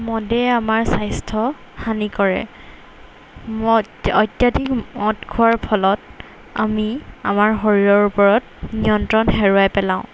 মদে আমাৰ স্বাস্থ্য হানি কৰে মদ অত্যাধিক মদ খোৱাৰ ফলত আমি আমাৰ শৰীৰৰ ওপৰত নিয়ন্ত্ৰণ হেৰুৱাই পেলাওঁ